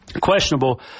questionable